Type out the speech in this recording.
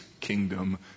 kingdom